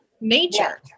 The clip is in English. nature